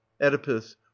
oedipus